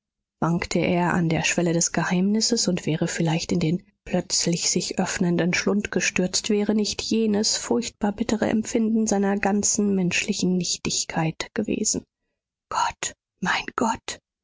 wankte er an der schwelle des geheimnisses und wäre vielleicht in den plötzlich sich öffnenden schlund gestürzt wäre nicht jenes furchtbar bittere empfinden seiner ganzen menschlichen nichtigkeit gewesen gott mein gott